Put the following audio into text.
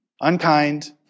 unkind